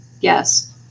Yes